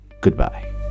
Goodbye